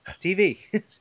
TV